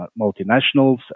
multinationals